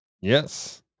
Yes